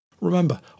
Remember